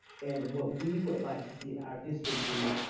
and and what we would like to see our district do,